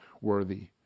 worthy